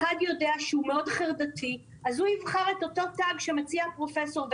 אחר יודע שהוא מאוד חרדתי אז הוא יבחר את אותו תג שמציע הפרופסור,